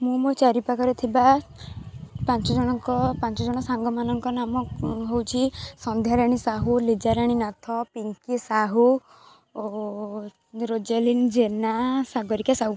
ମୁଁ ମୋ ଚାରିପାଖରେ ଥିବା ପାଞ୍ଚଜଣଙ୍କ ପାଞ୍ଚ ଜଣ ସାଙ୍ଗମାନଙ୍କ ନାମ ହଉଛି ସନ୍ଧ୍ୟାରାଣୀ ସାହୁ ଲିଜାରାଣୀ ନାଥ ପିଙ୍କି ସାହୁ ରୋଜାଲିନ ଜେନା ସାଗରିକା ସାହୁ